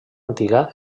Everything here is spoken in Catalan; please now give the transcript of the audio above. antiga